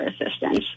assistance